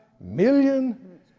million